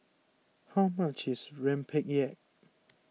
how much is Rempeyek